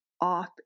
off